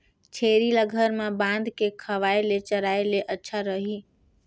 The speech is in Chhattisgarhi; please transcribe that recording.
छेरी ल घर म बांध के खवाय ले चराय ले अच्छा रही?